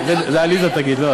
את זה עליזה תגיד, לא